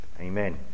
Amen